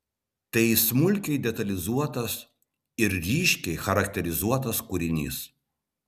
tai smulkiai detalizuotas ir ryškiai charakterizuotas kūrinys